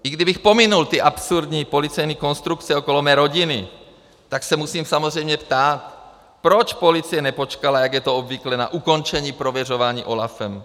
I kdybych pominul absurdní policejní konstrukce okolo mé rodiny, tak se musím samozřejmě ptát, proč policie nepočkala, jak je to obvyklé, na ukončení prověřování OLAFem.